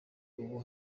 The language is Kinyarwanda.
ubu